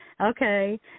Okay